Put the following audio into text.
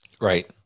Right